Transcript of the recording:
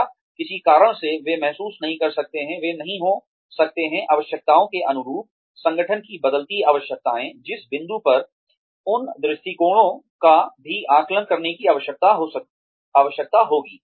या किसी कारण से वे महसूस नहीं कर सकते हैं वे नहीं हो सकते हैं आवश्यकताओं के अनुरूप संगठन की बदलती आवश्यकताएं जिस बिंदु पर उन दृष्टिकोणों का भी आकलन करने की आवश्यकता होगी